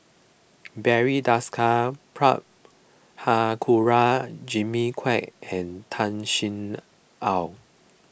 Barry Desker Prabhakara Jimmy Quek and Tan Sin Aun